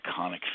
iconic